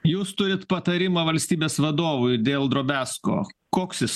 jūs turit patarimą valstybės vadovui dėl drobesko koks jis